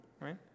Right